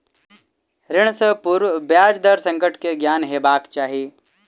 ऋण सॅ पूर्व ब्याज दर संकट के ज्ञान हेबाक चाही